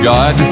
God